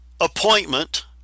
appointment